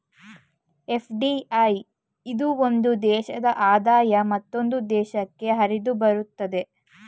FDI ಇಂದ ಒಂದು ದೇಶದ ಆದಾಯ ಮತ್ತೊಂದು ದೇಶಕ್ಕೆ ಹರಿದುಬರುತ್ತದೆ